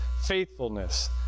faithfulness